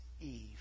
Eve